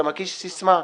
אתה מקיש סיסמה.